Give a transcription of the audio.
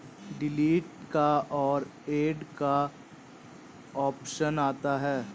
delete का और add का ऑप्शन आता है